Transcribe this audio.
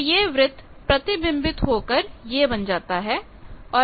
तो यह वृत्त प्रतिबिंबित हो कर यह बन जाता है